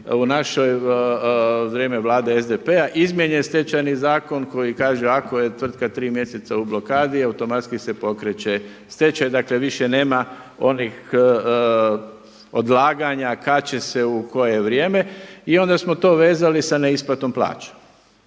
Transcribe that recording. u naše vrijeme Vlade SDP-a izmijenjen Stečajni zakon koji kaže ako je tvrtka tri mjeseca u blokadi automatski se pokreće stečaj. Dakle, više nema onih odlaganja kad će se u koje vrijeme. I onda smo to vezali sa neisplatom plaća.